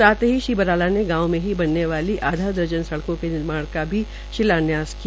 साथ ही श्री बराला ने गांव में ही बनने वाली आधा दर्जन सड़कों का निर्माण का भी शिलान्यास किया